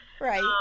Right